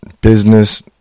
business